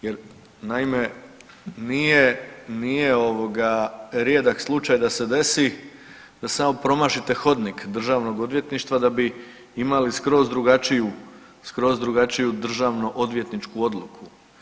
Jer naime nije, nije ovoga rijedak slučaj da se desi da samo promašite hodnik Državnog odvjetništva da bi imali skroz drugačiju, skroz drugačiju državno odvjetničku odluku.